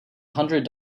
hundred